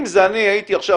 אם זה אני הייתי עכשיו,